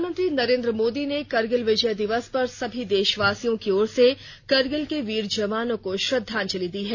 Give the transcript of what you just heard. प्रधानमंत्री नरेन्द्र मोदी ने करगिल विजय दिवस पर सभी देशवासियों की ओर से करगिल के वीर जवानों को श्रद्धांजलि दी है